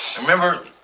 remember